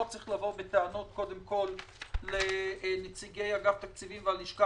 לא צריך לבוא בטענות לנציגי אגף תקציבים והלשכה